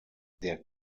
der